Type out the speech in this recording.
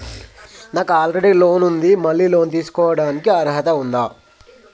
నాకు already loan ఉండి మళ్ళీ లోన్ తీసుకోవడానికి అర్హత ఉందా?